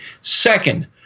Second